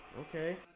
Okay